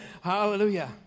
Hallelujah